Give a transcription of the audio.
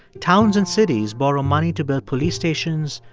towns and cities borrow money to build police stations,